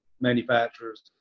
manufacturers